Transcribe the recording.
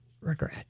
regret